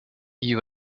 you